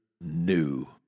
new